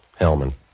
Hellman